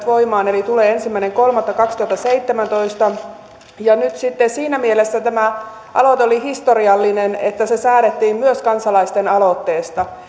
voimaan eli ne tulevat ensimmäinen kolmatta kaksituhattaseitsemäntoista ja nyt sitten siinä mielessä tämä laki oli historiallinen että se säädettiin myös kansalaisten aloitteesta